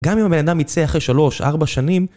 גם אם הבן אדם יצא אחרי 3-4 שנים